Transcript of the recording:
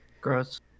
Gross